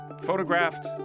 photographed